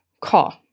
call